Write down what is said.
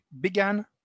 began